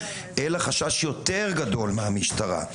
אלא חשש יותר גדול מהמשטרה,